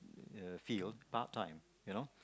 uh field part time you know